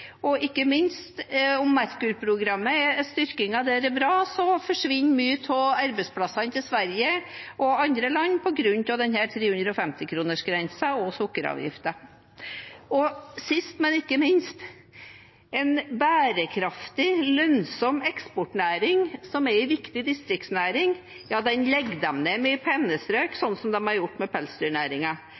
Og ikke minst: Om styrkingen av Merkur-programmet er bra, forsvinner mange av arbeidsplassene til Sverige og andre land på grunn av 350-kronersgrensen og sukkeravgiften. Sist, men ikke minst: en bærekraftig og lønnsom eksportnæring, som er en viktig distriktsnæring, legger de ned med et pennestrøk – som de har gjort med